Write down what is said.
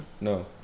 No